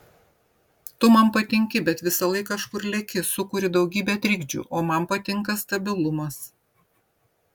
tu man patinki bet visąlaik kažkur leki sukuri daugybę trikdžių o man patinka stabilumas